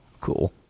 cool